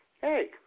hey